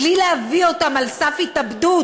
בלי להביא אותם אל סף התאבדות